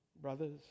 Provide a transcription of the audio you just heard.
brothers